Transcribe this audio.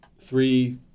Three